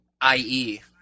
I-E